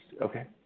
okay